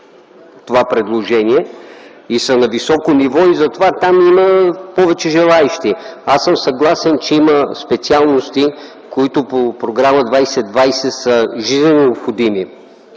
това предложение и са на високо ниво. За тях има повече желаещи. Съгласен съм, че има специалности, които по Програма 2020 са жизнено необходими.